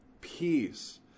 peace